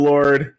Lord